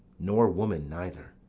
nor woman neither,